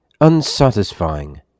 unsatisfying